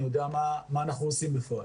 אבל אני יודע מה אנחנו עושים בפועל.